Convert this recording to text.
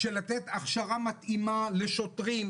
לתת הכשרה מתאימה לשוטרים,